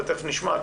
ותכף נשמע,